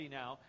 now